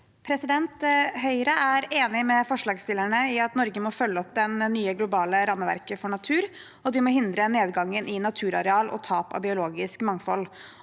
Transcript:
Høyre er enig med forslagsstillerne i at Norge må følge opp det nye globale rammeverket for natur, og at vi må hindre nedgangen i naturareal og tap av biologisk mangfold.